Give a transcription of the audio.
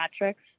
metrics